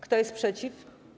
Kto jest przeciw?